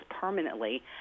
permanently